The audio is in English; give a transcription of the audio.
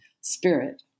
spirit